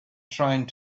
trying